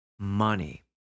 money